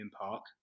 Park